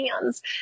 hands